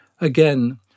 Again